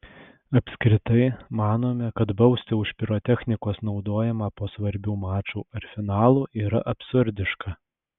apskritai manome kad bausti už pirotechnikos naudojimą po svarbių mačų ar finalų yra absurdiška